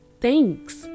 Thanks